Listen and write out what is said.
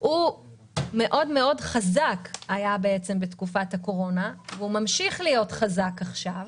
היה מאוד מאוד חזק בתקופת הקורונה והוא ממשיך להיות חזק עכשיו,